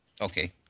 Okay